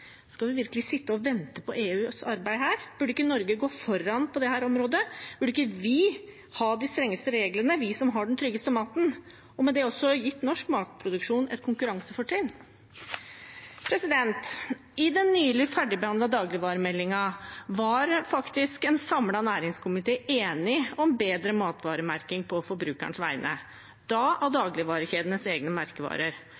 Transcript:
Skal vi virkelig sitte og vente på EUs arbeid her? Burde ikke Norge gå foran på dette området? Burde ikke vi, som har den tryggeste maten, ha de strengeste reglene og med det også gi norsk matproduksjon et konkurransefortrinn? I den nylig ferdigbehandlede dagligvaremeldingen var en samlet næringskomité enig om bedre matvaremerking på forbrukerens vegne, da av